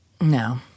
No